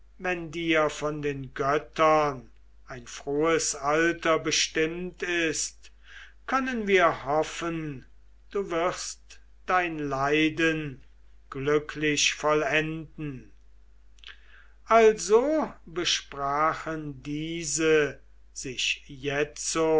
wenn dir von den göttern ein frohes alter bestimmt ist können wir hoffen du wirst dein leiden glücklich vollenden also besprachen diese sich jetzo